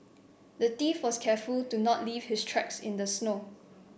the thief was careful to not leave his tracks in the snow